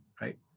Right